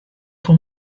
faut